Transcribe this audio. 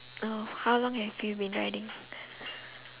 oh how long have you been riding